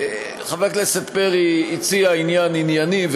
חבר הכנסת פרי הציע דבר ענייני,